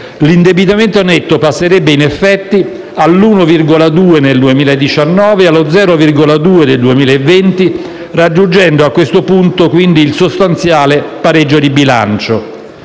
L'indebitamento netto passerebbe in effetti all'1,2 per cento nel 2019 e allo 0,2 per cento nel 2020, raggiungendo a questo punto il sostanziale pareggio di bilancio.